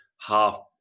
half